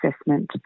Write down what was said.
assessment